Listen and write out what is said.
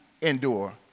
endure